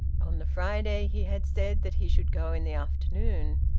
on the friday he had said that he should go in the afternoon.